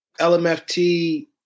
LMFT